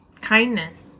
Kindness